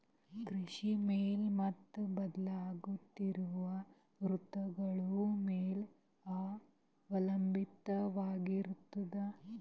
ಕೃಷಿ ಮಳೆ ಮತ್ತು ಬದಲಾಗುತ್ತಿರುವ ಋತುಗಳ ಮೇಲೆ ಅವಲಂಬಿತವಾಗಿರತದ